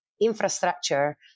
infrastructure